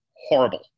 horrible